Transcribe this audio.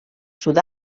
sud